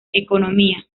economía